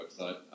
website